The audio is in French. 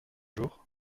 jours